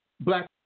black